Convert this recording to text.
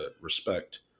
respect